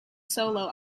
solo